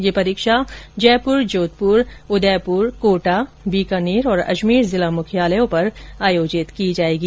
यह परीक्षा जयपुर जोधपुर उदयपुर कोटा बीकानेर और अजमेर जिला मुख्यालयों पर आयोजित की जाएगी